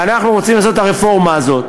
ואנחנו רוצים לעשות את הרפורמה הזאת.